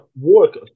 work